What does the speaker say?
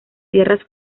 tierras